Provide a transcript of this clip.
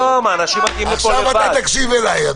עכשיו אתה תקשיב לי.